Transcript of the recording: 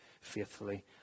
faithfully